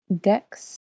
Dex